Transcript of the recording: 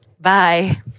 bye